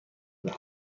بدم